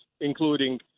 including